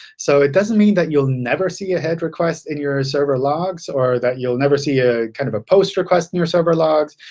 so it doesn't mean that you'll never see a head request in your server logs or that you'll never see a kind of post request in your server logs.